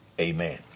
Amen